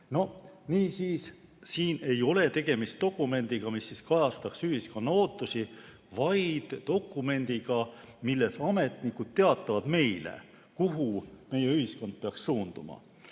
Niisiis ei ole tegemist dokumendiga, mis kajastaks ühiskonna ootusi, vaid dokumendiga, milles ametnikud teatavad meile, kuhu meie ühiskond peaks suunduma.